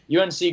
UNC